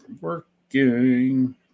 working